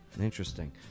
interesting